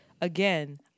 again